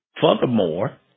furthermore